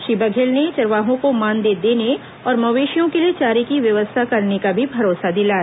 श्री बघेल ने चरवाहों को मानदेय देने और मवेशियों के लिए चारे की व्यवस्था करने का भी भरोसा दिलाया